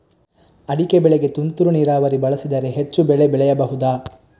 ಅಡಿಕೆ ಬೆಳೆಗೆ ತುಂತುರು ನೀರಾವರಿ ಬಳಸಿದರೆ ಹೆಚ್ಚು ಬೆಳೆ ಬೆಳೆಯಬಹುದಾ?